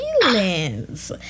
feelings